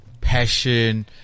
passion